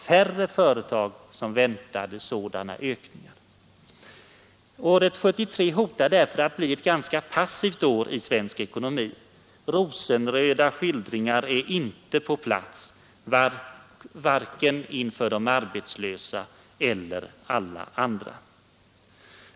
Året 1973 hotar därför att bli ett ganska passivt år i svensk ekonomi. Rosenröda skildringar är inte på sin plats, inför vare sig de arbetslösa eller andra.